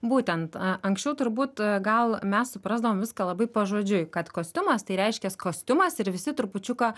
būtent a anksčiau turbūt gal mes suprasdavom viską labai pažodžiui kad kostiumas tai reiškias kostiumas ir visi trupučiuką